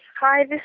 Hi